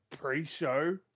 pre-show